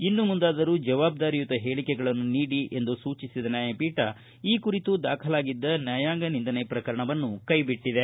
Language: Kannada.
ಇನ್ನು ಮುಂದಾದರೂ ಜವಾಬ್ದಾರಿಯುತ ಹೇಳಕೆಗಳನ್ನು ನೀಡಿ ಎಂದು ಸೂಚಿಸಿದ ನ್ಯಾಯಪೀಠ ಈ ಕುರಿತು ದಾಖಲಾಗಿದ್ದ ನ್ಯಾಯಾಂಗ ನಿಂದನೆ ಪ್ರಕರಣವನ್ನು ಕೈಬಿಟ್ಟದೆ